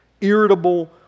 irritable